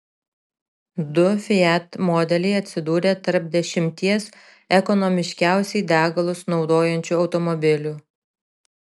du fiat modeliai atsidūrė tarp dešimties ekonomiškiausiai degalus naudojančių automobilių